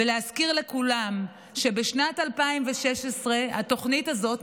ולהזכיר לכולם שבשנת 2016 התוכנית הזאת,